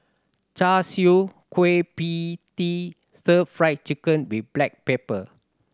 Char Siu Kueh Pie Tee Stir Fried Chicken with black pepper